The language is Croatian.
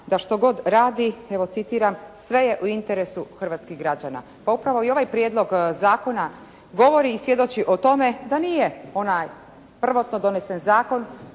da što god radi, evo citiram: "sve je u interesu hrvatskih građana" Pa upravo i ovaj prijedlog zakona govori i svjedoči o tome da nije prvotno donesen zakon,